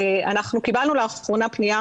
אנחנו קיבלנו לאחרונה פניה